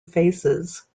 faces